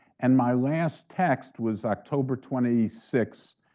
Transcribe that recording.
and my last text was october twenty sixth,